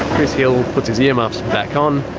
chris hill puts his earmuffs back on,